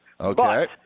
Okay